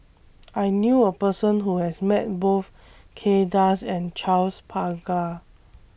I knew A Person Who has Met Both Kay Das and Charles Paglar